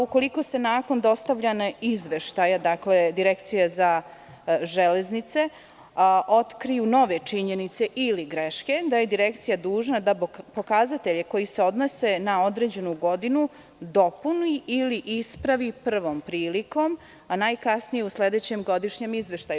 Ukoliko se nakon dostavljanja izveštaja Direkcije za železnice otkriju nove činjenice ili greške, da je Direkcija dužna da pokazatelje koji se odnose na određenu godinu dopuni ili ispravi prvom prilikom, a najkasnije u sledećem godišnjem izveštaju.